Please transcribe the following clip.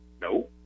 No